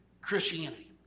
Christianity